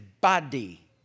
body